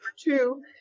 two